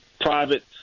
private